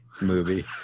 movie